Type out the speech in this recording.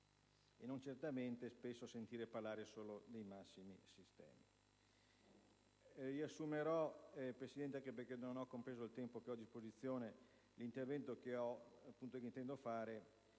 e non certamente sentir parlare solo dei massimi sistemi.